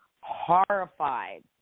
horrified